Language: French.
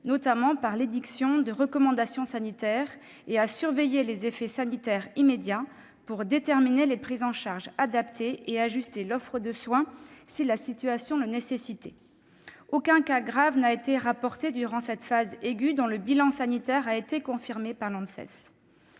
notamment par l'édiction de recommandations sanitaires, et à surveiller les effets sanitaires immédiats, afin de déterminer les prises en charge adaptées et d'ajuster l'offre de soins si la situation l'exigeait. Aucun cas grave n'a été rapporté durant cette phase aiguë, dont le bilan sanitaire a été confirmé par l'Agence